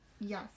Yes